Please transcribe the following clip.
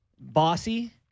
Bossy